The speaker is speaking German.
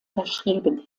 verschrieben